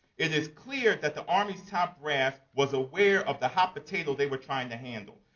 it is clear that the army's top brass was aware of the hot potato they were trying to handle.